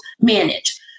manage